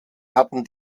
hatten